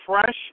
fresh